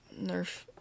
Nerf